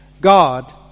god